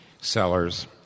sellers